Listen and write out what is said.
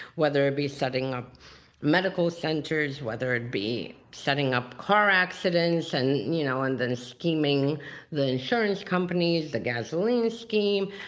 whether it be setting up medical centers, whether it be setting up car accidents and you know and then scheming the insurance companies, the gasoline scheme,